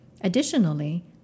Additionally